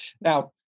Now